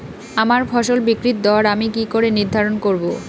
আমার ফসল বিক্রির দর আমি কি করে নির্ধারন করব?